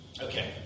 Okay